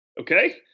Okay